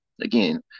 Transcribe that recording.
Again